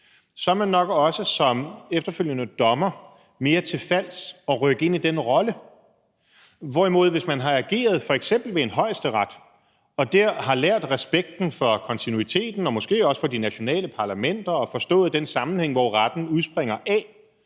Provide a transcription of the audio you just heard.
så er man nok også efterfølgende som dommer mere til fals for at rykke ind i den rolle, hvorimod hvis man har ageret f.eks. ved en højesteret og dér har lært respekten for kontinuiteten og måske også for de nationale parlamenter og forstået den sammenhæng, hvor retten udspringer af,